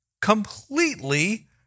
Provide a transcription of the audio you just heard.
completely